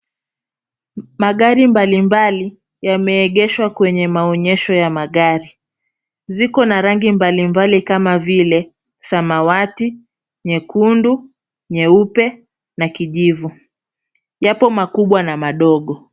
Magari mbalimbali yameegeshwa kwenye maonyesho ya magari. Ziko na rangi mbalimbali kama vile samawati, nyekundu, nyeupe na kijivu. Yapo makubwa na madogo.